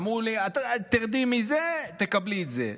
אמרו לי: תרדי מזה, תקבלי את זה.